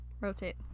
rotate